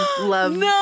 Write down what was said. love